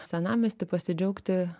senamiestį pasidžiaugti